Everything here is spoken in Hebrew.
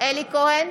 מאיר כהן,